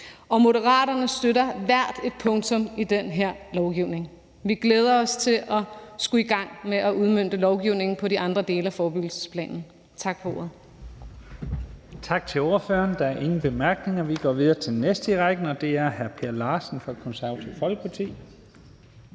Moderaterne støtter hvert et punktum i den her lovgivning. Vi glæder os til at skulle i gang med at udmønte lovgivningen i de andre dele af forebyggelsesplanen. Tak for ordet.